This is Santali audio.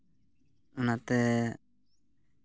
ᱚᱱᱟᱛᱮ